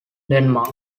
denmark